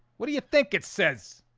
what do you think it says?